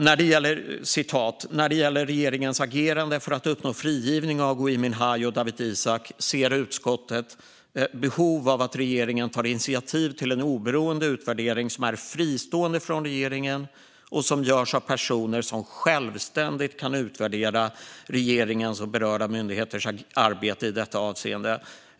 "När det gäller regeringens agerande för att uppnå frigivning av Gui Minhai och Dawit Isaak ser utskottet behov av att regeringen tar initiativ till en oberoende utvärdering som är fristående från regeringen och som görs av personer som självständigt kan utvärdera regeringens och berörda myndigheters arbete i detta avseende.